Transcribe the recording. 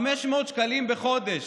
500 שקלים בחודש?